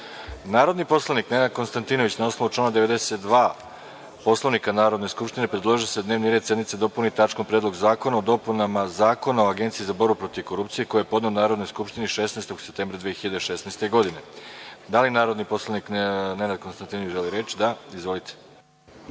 predlog. Narodni poslanik Nenad Konstantinović, na osnovu člana 92. Poslovnika Narodne skupštine, predložio je da se dnevni red sednice dopuni tačkom – Predlog zakona o dopunama Zakona o Agenciji za borbu protiv korupcije, koji je podneo Narodnoj skupštini 16. septembra 2016. godine. Da li narodni poslanik Nenad Konstantinović želi reč? Izvolite.